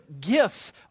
gifts